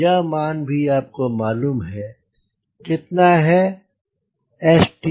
यह मान भी आपको मालूम है कितना है Stlt